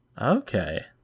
Okay